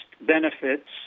benefits